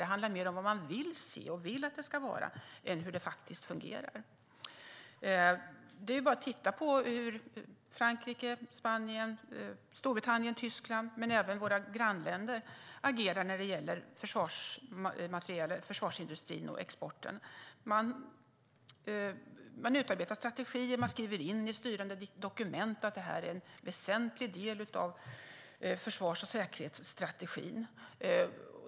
Det handlar mera om vad man vill se och hur man vill att det ska vara än hur det faktiskt fungerar. Det är bara att titta på hur Frankrike, Spanien, Storbritannien, Tyskland och våra grannländer agerar i fråga om försvarsindustrin och exporten. Man utarbetar strategier och skriver in i styrande dokument att detta är en väsentlig del av försvars och säkerhetsstrategin.